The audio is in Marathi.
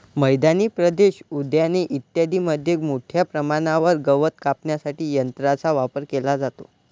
मैदानी प्रदेश, उद्याने इत्यादींमध्ये मोठ्या प्रमाणावर गवत कापण्यासाठी यंत्रांचा वापर केला जातो